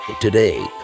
Today